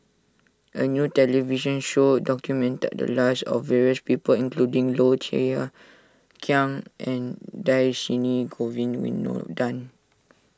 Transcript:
a new television show documented the lives of various people including Low Thia Khiang and Dhershini Govin Winodan